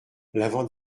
l’avant